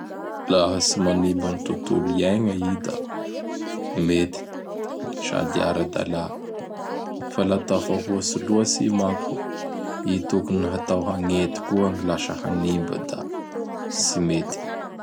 Laha tsy manimba gny tontolo iaigna i da mety sady ara-dalà. Fa laha tafahoatsy loatsy i manko. I tokony natao hagnety koa gny lasa manimba da tsy mety.